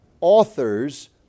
authors